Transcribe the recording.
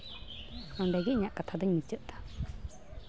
ᱚᱸᱰᱮᱜᱮ ᱤᱧᱟᱹᱜ ᱠᱟᱛᱷᱟ ᱫᱩᱧ ᱢᱩᱪᱟᱹᱫ ᱮᱫᱟ